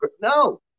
no